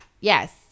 Yes